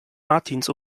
martins